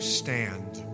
stand